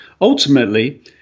Ultimately